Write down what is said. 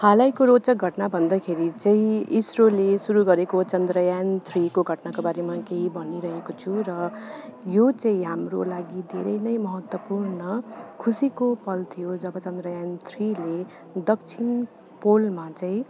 हालको रोचक घटना भन्दाखेरि चाहिँ इसरोले सुरु गरेको चन्द्रयानथ्रिको घटनाको बारेमा केही भनिरहेको छु र यो चाहिँ हाम्रो लागि धेरै महत्त्वपूर्ण खुसीको पल थियो जब चन्द्रयानथ्रिले दक्षिण पोलमा चाहिँ